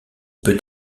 peut